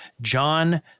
John